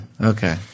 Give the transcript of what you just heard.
Okay